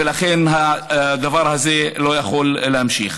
ולכן הדבר הזה לא יכול להימשך.